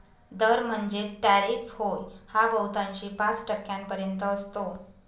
दर म्हणजेच टॅरिफ होय हा बहुतांशी पाच टक्क्यांपर्यंत असतो